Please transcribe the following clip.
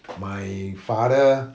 my father